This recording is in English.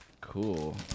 Cool